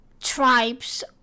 tribes